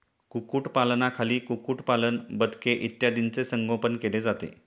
कुक्कुटपालनाखाली कुक्कुटपालन, बदके इत्यादींचे संगोपन केले जाते